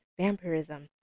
vampirism